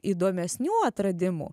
įdomesnių atradimų